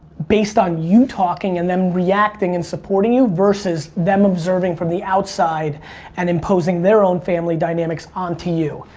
based on you talking, and then reacting and supporting you, versus them observing from the outside and imposing their own family dynamics onto you.